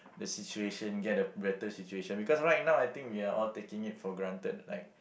the situation get a better situation because right now I think we are all taking it for granted like